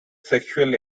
sexual